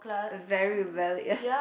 very rebellious